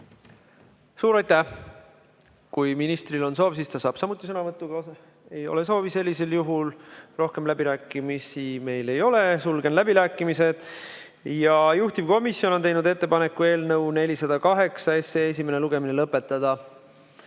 Suur aitäh! Kui ministril on soov, siis ta saab samuti sõnavõtuga osaleda. Ei ole soovi. Sellisel juhul rohkem läbirääkimisi meil ei ole. Sulgen läbirääkimised. Juhtivkomisjon on teinud ettepaneku eelnõu 408 esimene lugemine lõpetada.